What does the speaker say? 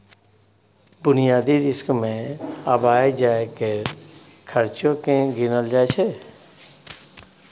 बुनियादी रिस्क मे आबय जाय केर खर्चो केँ गिनल जाय छै